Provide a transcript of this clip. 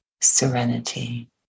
serenity